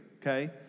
okay